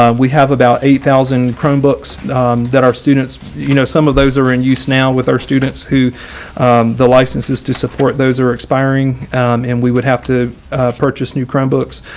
um we have about eight thousand chromebooks that our students, you know some of those are in use now with our students who the licenses to support those are expiring and we would have to purchase new chromebooks,